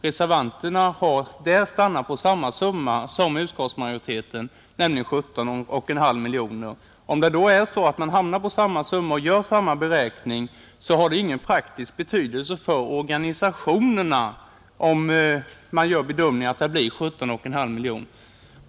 Reservanterna har kommit fram till samma belopp som utskottsmajoriteten, nämligen 17,5 miljoner, och om man gör samma beräkningar och hamnar på samma anslagsbelopp, så har det väl ingen praktisk betydelse för organisationerna vilken karaktär anslaget har.